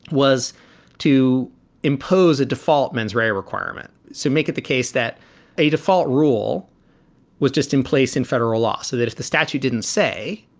was to impose a default mens rea requirement. so make it the case that a default rule was just in place in federal law, so that if the statute didn't say,